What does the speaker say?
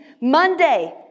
Monday